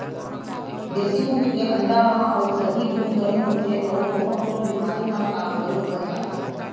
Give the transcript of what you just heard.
देसी कुकरी के अंडा म अउसधी गुन बने होथे अउ कोनो कोनो बेमारी म काम घलोक बने आथे